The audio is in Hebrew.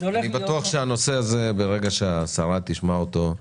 אנחנו יודעים שהם יותר יקרים משמעותית.